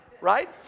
right